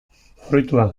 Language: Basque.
fruitua